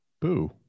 Boo